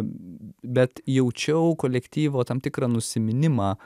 bet jaučiau kolektyvo tam tikrą nusiminimą